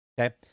Okay